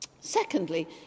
Secondly